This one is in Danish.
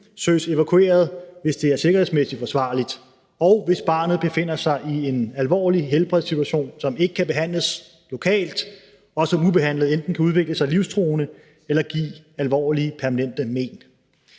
søges evakueret, hvis det er sikkerhedsmæssigt forsvarligt, og hvis barnet befinder sig i en alvorlig helbredssituation, som ikke kan behandles lokalt, og som ubehandlet enten kan udvikle sig livstruende eller give alvorlige permanente men.